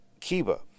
Kiba